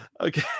okay